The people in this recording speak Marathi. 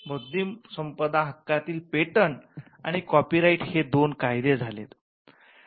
बौद्धिक संपदा हक्कतील पेटंट आणि कॉपीराइट हे दोन कायदे झालेत